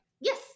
Yes